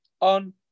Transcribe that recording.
on